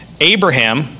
Abraham